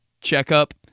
checkup